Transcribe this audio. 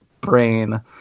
brain